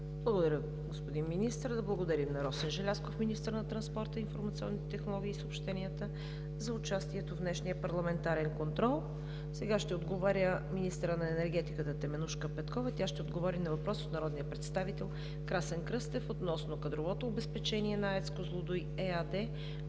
Благодаря, господин Министър. Да благодарим на Росен Желязков – министър на транспорта, информационните технологии и съобщенията, за участието в днешния парламентарен контрол. Сега ще отговаря министърът на енергетиката Теменужка Петкова. Ще отговори на въпрос от народния представител Красен Кръстев относно кадровото обезпечение на АЕЦ „Козлодуй“ ЕАД